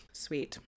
Sweet